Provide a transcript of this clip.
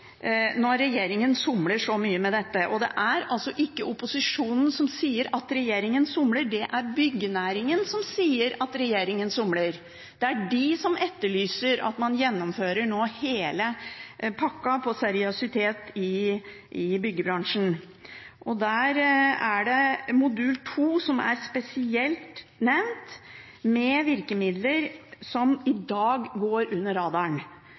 regjeringen somler så mye med dette. Og det er altså ikke opposisjonen som sier at regjeringen somler. Det er byggenæringen som sier at regjeringen somler, det er den som etterlyser at man nå gjennomfører hele pakka når det gjelder seriøsitet i byggebransjen. Der er det modul 2 som er spesielt nevnt, med virkemidler for det som i dag går under radaren.